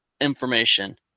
information